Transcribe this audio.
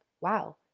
wow